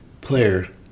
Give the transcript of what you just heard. player